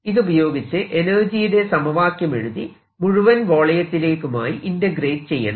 ഇതുപയോഗിച്ച് എനർജിയുടെ സമവാക്യമെഴുതി മുഴുവൻ വോളിയത്തിലേക്കുമായി ഇന്റഗ്രേറ്റ് ചെയ്യണം